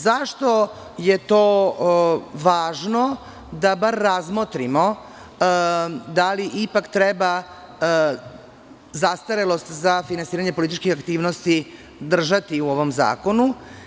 Zašto je to važno da bar razmotrimo da li ipak treba zastarelost za finansiranje političkih aktivnosti držati u ovom zakonu?